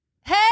Hey